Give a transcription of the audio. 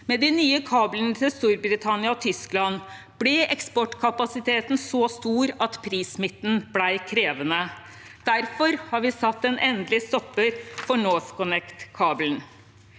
Med de nye kablene til Storbritannia og Tyskland ble eksportkapasiteten så stor at prissmitten ble krevende. Derfor har vi satt en endelig stopper for NorthConnect-kabelen.